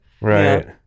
Right